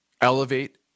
elevate